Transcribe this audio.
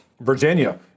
Virginia